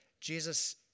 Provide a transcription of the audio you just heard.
Jesus